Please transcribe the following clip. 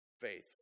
faith